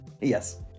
Yes